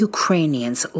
Ukrainians